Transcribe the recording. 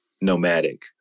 nomadic